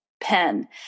pen